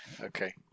okay